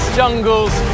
jungles